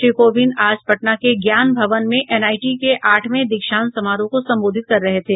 श्री कोविंद आज पटना के ज्ञान भवन में एनआईटी के आठवें दीक्षांत समारोह को संबोधित कर रहे थे